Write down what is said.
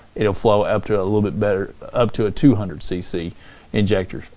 it'll flow up to a little bit better, up to a two hundred cc injector.